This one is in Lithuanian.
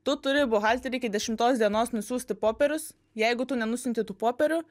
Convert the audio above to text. tu turi buhalterei iki dešimtos dienos nusiųsti popierius jeigu tu ne nusiunti tų popierių